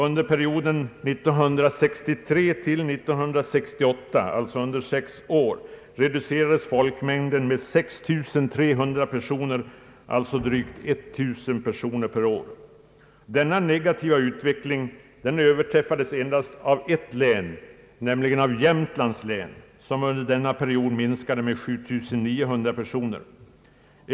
Under perioden 1963 till 1968, alltså under sex år, reducerades folkmängden med 6300 personer, alltså drygt 1000 personer per år. Denna negativa utveckling Ööverträffades endast av ett län, nämligen Jämtlands län som under denna period minskade med 7 900 personer.